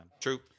True